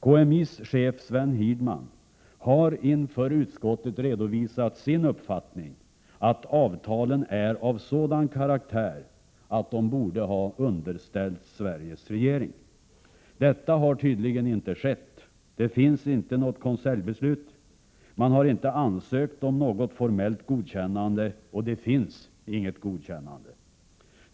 KMI:s chef Sven Hirdman har inför utskottet redovisat sin uppfattning att avtalen är av sådan karaktär att de borde ha underställts Sveriges regering. Detta har tydligen inte skett. Det finns inte något konseljbeslut. Man har inte ansökt om något formellt godkännande, och det finns inget godkännande.